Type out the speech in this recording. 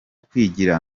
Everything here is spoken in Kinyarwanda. kwigira